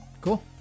Cool